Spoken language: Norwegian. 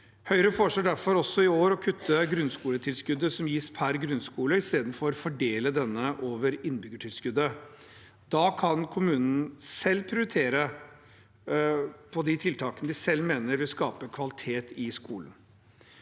Høyre foreslår derfor også i år å kutte grunnskoletilskuddet som gis per grunnskole, i stedet for å fordele denne over innbyggertilskuddet. Da kan kommunen selv prioritere de tiltakene de selv mener vil skape kvalitet i skolen.